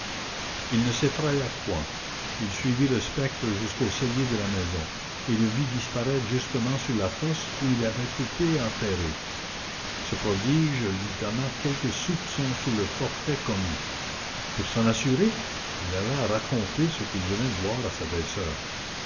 il ne s'effraya point il suivit le spectre jusqu'au cellier de la maison et le vit disparaître justement sur la fosse où il avait été enterré ce prodige lui donna quelques soupçons sur le forfait commis pour s'en assurer il alla raconter ce qu'il venait de voir à sa belle-soeur